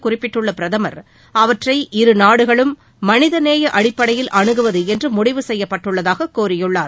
குறிப்பிட்டுள்ள பிரதமர் அவற்றை இருநாடுகளும் மனிதநேய அடிப்படையில் அனுகுவது என்று முடிவு செய்யப்பட்டுள்ளதாக கூறியுள்ளார்